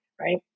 right